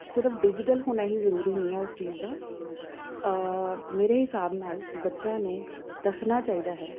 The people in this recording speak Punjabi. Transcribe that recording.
ਸਿਰਫ਼ ਡਿਜੀਟਲ ਹੋਣਾ ਹੀ ਜ਼ਰੂਰੀ ਨਹੀਂ ਹੈ ਉਸ ਚੀਜ਼ ਦਾ ਮੇਰੇ ਹਿਸਾਬ ਨਾਲ ਬੱਚਿਆਂ ਨੂੰ ਦੱਸਣਾ ਚਾਹੀਦਾ ਹੈ